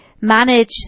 manage